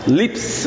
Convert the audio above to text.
lips